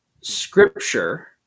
Scripture